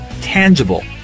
tangible